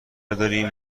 داریم